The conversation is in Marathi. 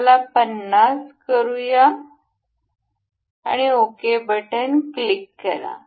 याला 50 करूया आणि ओके बटन क्लिक करा